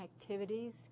activities